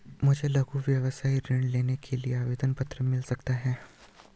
मुझे लघु व्यवसाय ऋण लेने के लिए आवेदन पत्र मिल सकता है?